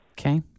Okay